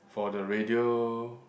for the radio